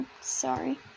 sorry